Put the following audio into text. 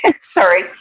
Sorry